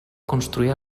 construir